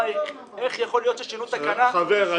איך יכול להיות ששינו תקנה --- חבר,